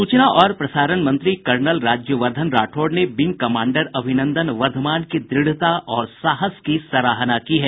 सूचना और प्रसारण मंत्री कर्नल राज्यवर्धन राठौड़ ने विंग कमांडर अभिनंदन वर्धमान की दृढ़ता और साहस की सराहना की है